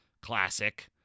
Classic